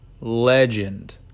legend